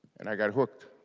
and i got hooked